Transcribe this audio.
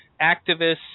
activists